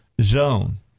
zone